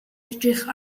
edrych